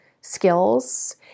skills